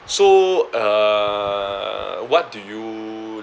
so uh what do you